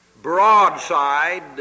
Broadside